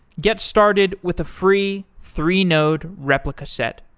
get started with a free three-node replica set,